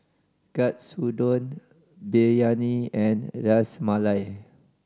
Katsudon Biryani and Ras Malai